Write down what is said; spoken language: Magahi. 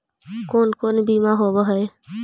कोन कोन बिमा होवय है?